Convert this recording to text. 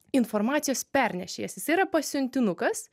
informacijos pernešėjas jisai yra pasiuntinukas